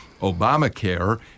Obamacare